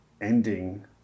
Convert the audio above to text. ending